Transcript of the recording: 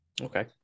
Okay